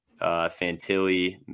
Fantilli